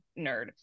nerd